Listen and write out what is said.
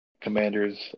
commanders